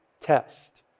test